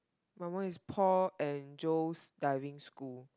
my one is Paul and Jones Diving School